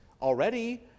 already